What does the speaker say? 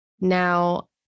Now